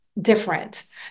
different